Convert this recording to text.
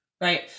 Right